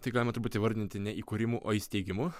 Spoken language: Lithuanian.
tai galima turbūt įvardinti ne įkūrimu o įsteigimu